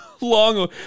long